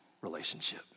relationship